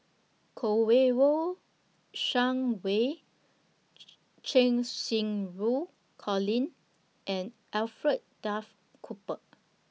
Shang Wei Cheng Xinru Colin and Alfred Duff Cooper